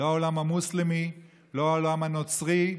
לא העולם המוסלמי, לא העולם הנוצרי,